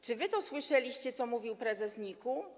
Czy wy słyszeliście, co mówił prezes NIK-u?